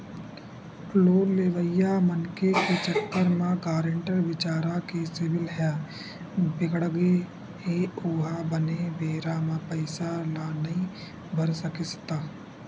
loan लेवइया मनखे के चक्कर म गारेंटर बिचारा के सिविल ह बिगड़गे हे ओहा बने बेरा म पइसा ल नइ भर सकिस त